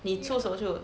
你出手就